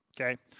Okay